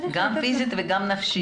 גם פיזית וגם נפשית.